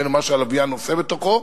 דהיינו מה שהלוויין עושה בתוכו,